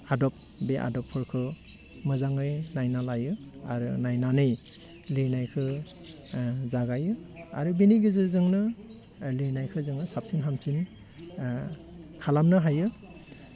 आदब बे आदबफोरखौ मोजाङै नायना लायो आरो नायनानै लिरनायखौ जागायो आरो बिनि गेजेरजोंनो लिरनायखौ जोङो साबसिन हामसिन खालामनो हायो